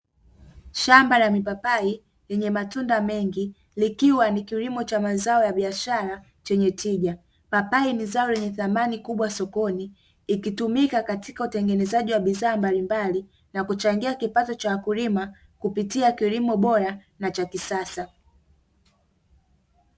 Shamba la mipapai lenye matunda mengi likiwa ni kilimo cha mazao ya biasara chenye tija. Papai ni zao lenye thamani kubwa sokoni likitumika katika utengenezaji wa bidhaa mbalimbali na kuchangia kipato cha wakulima kupitia kilimo bora na cha kisasa.